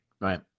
Right